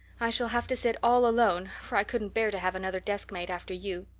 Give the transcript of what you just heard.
i shall have to sit all alone, for i couldn't bear to have another deskmate after you.